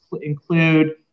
include